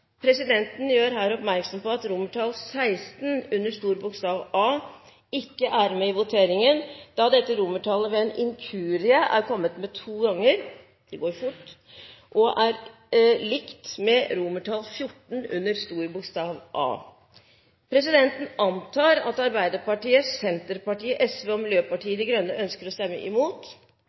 Presidenten gjør oppmerksom på at XVI under A ikke er med i voteringen da dette romertallet i innstillingen ved en inkurie er kommet med to ganger og er likt med XIV under A. Presidenten antar at Arbeiderpartiet, Senterpartiet, Sosialistisk Venstreparti og Miljøpartiet De Grønne ønsker å stemme imot.